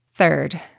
Third